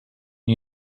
you